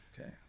Okay